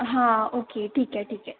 हां ओके ठीक आहे ठीक आहे